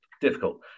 difficult